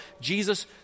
Jesus